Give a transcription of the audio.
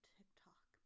TikTok